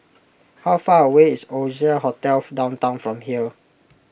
how far away is Oasia Hotel Downtown from here